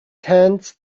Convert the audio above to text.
tent